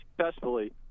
successfully